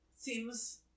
Seems